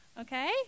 okay